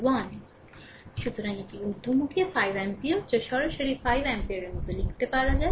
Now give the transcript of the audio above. সুতরাং এটি ঊর্ধ্বমুখী 5 অ্যাম্পিয়ার যা সরাসরি 5 এমপিয়ারের মতো লিখতে পারে